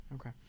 okay